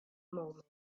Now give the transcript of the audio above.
moment